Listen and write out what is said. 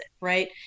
right